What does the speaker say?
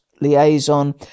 liaison